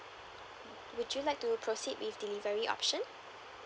would you like to proceed with delivery option